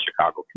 Chicago